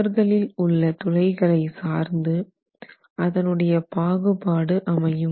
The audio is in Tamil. சுவர்களில் உள்ள துளைகளை சார்ந்து அதனுடைய பாகுபாடு அமையும்